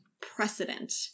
precedent